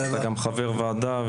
אני גם חבר ועדה,